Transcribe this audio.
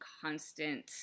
constant